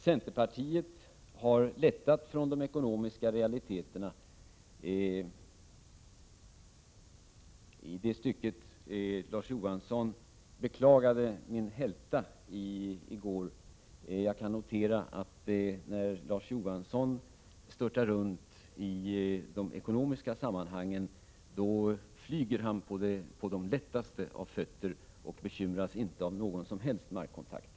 Centerpartiet har lättat från de ekonomiska realiteterna. I det stycket beklagade Larz Johansson i går min hälta. Jag kan notera, att när Larz Johansson störtar runt i de ekonomiska sammanhangen, flyger han på det mest lättvindiga sätt och bekymrar sig inte om någon som helst markkontakt.